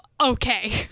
Okay